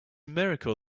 miracle